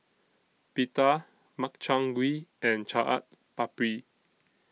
Pita Makchang Gui and Chaat Papri